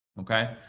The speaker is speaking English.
Okay